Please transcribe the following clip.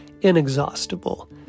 inexhaustible